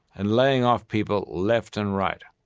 and laying off people left and right.